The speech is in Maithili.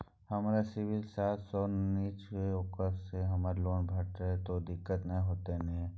हमर सिबिल सात सौ से निचा छै ओकरा से हमरा लोन भेटय में दिक्कत त नय अयतै ने?